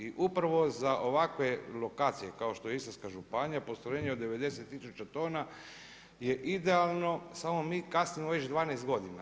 I upravo za ovakve lokacije kao što je Istarska županija postrojenje od 90 tisuća tona je idealno, samo mi kasnimo već 12 godina.